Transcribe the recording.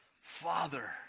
Father